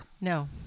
No